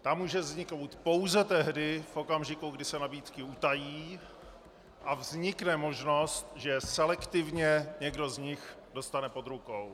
Ta může vzniknout pouze tehdy, v okamžiku, kdy se nabídky utají a vznikne možnost, že selektivně je někdo z nich dostane pod rukou.